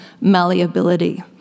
malleability